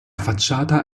facciata